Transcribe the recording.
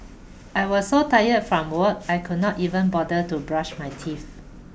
I was so tired from work I could not even bother to brush my teeth